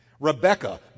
Rebecca